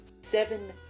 seven